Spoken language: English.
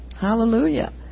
Hallelujah